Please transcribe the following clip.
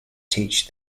teach